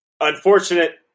unfortunate